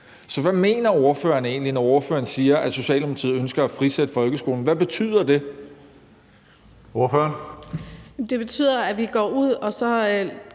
Så hvad mener ordføreren egentlig, når ordføreren siger, at Socialdemokratiet ønsker at frisætte folkeskolen? Hvad betyder det? Kl. 16:42 Tredje næstformand (Karsten